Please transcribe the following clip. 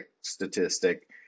statistic